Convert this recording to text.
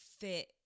fit